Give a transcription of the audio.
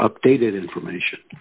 were updated information